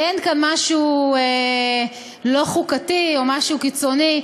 אין כאן משהו לא-חוקתי או משהו קיצוני.